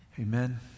Amen